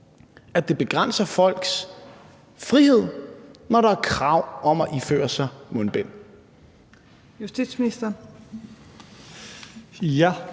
at det begrænser folks frihed, når der er krav om at iføre sig mundbind?